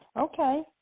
Okay